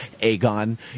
Aegon